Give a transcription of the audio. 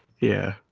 yeah,